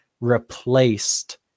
replaced